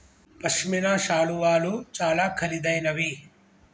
పశ్మిన శాలువాలు చాలా ఖరీదైనవి